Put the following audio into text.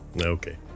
Okay